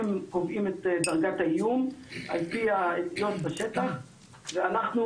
הם קובעים את דרגת האיום על פי מה שקורה בשטח ואנחנו